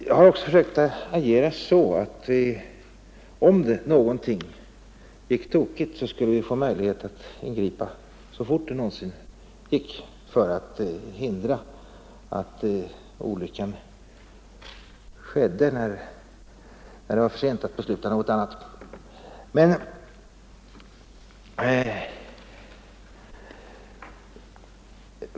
Jag har också försökt agera så, att om någonting gick tokigt skulle vi få tillfälle att ingripa så fort det någonsin var möjligt för att hindra att olyckan skedde innan det var för sent att besluta något annat.